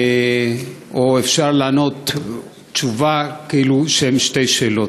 או אפשר לענות תשובה כמו על שתי שאלות.